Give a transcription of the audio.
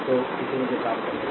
तो मुझे इसे साफ करने दें